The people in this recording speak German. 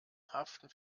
haften